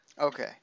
okay